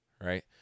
Right